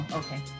okay